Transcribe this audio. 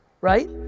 Right